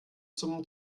zum